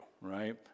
right